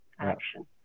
Action